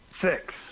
six